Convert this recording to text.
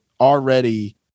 already